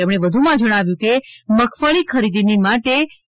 તેમણે વધુ માં જણાવ્યુ હતું કે મગફળી ખરીદીની માટે તા